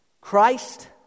Christ